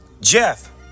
Jeff